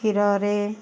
କ୍ଷୀରରେ